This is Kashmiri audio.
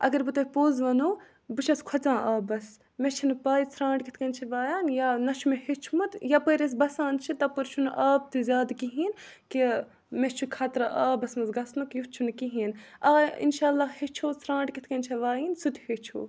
اگر بہٕ تۄہہِ پوٚز وَنو بہٕ چھَس کھوٚژان آبَس مےٚ چھَنہٕ پَے ژھرٛانٛٹھ کِتھ کٔنۍ چھِ وایان یا نَہ چھُ مےٚ ہیٚچھمُت یَپٲرۍ أسۍ بَسان چھِ تَپٲرۍ چھُنہٕ آب تہِ زیادٕ کِہیٖنۍ کہِ مےٚ چھُ خطرٕ آبَس منٛز گژھنُک یُتھ چھُنہٕ کِہیٖنۍ آ اِنشاء اللہ ہیٚچھو ژھرٛانٛٹھ کِتھ کٔنۍ چھِ وایِنۍ سُہ تہِ ہیٚچھو